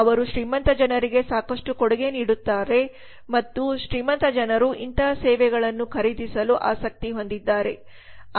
ಅವರು ಶ್ರೀಮಂತ ಜನರಿಗೆ ಸಾಕಷ್ಟು ಕೊಡುಗೆ ನೀಡುತ್ತಿದ್ದಾರೆ ಮತ್ತು ಶ್ರೀಮಂತ ಜನರು ಇಂತಹ ಸೇವೆಗಳನ್ನು ಖರೀದಿಸಲು ಆಸಕ್ತಿ ಹೊಂದಿದ್ದಾರೆ